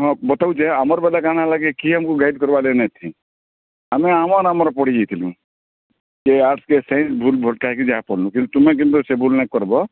ହଁ ବତଉଛି ଆମର ବେଲେ କାଣ ହେଲା କି କିଏ ଆମକୁ ଗାଇଡ଼ କରିବା ଲାଗି ନାଇଁ ଥି ଆମେ ଆମର୍ ପଢ଼ି ଯାଇଥିଲୁଁ କେ ଆର୍ଟସ୍ କେ ସାଇନ୍ସ ଭୁଲ୍ ଭଟ୍କା କି ଯାହା ପଢ଼ିଲୁ କିନ୍ତୁ ତୁମେ କିନ୍ତୁ ସେ ଭୁଲ୍ ନାଇଁ କର୍ବୋ